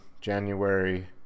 January